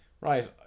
right